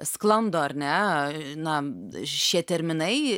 sklando ar ne na šie terminai